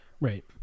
right